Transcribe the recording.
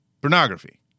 Pornography